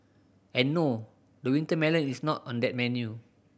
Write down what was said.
and no the winter melon is not on that menu